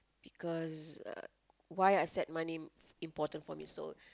because uh why I said money important for me so